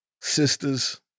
sisters